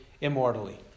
immortally